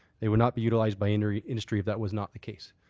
they would not be utilizedy industry if that was not the case.